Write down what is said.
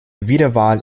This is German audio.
wiederwahl